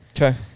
Okay